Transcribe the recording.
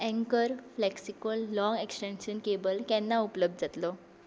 anchor flexicord long extension cable केन्ना उपलब्ध जातलो